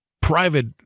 private